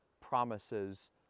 promises